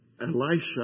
Elisha